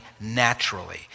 naturally